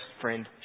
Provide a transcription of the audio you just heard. friend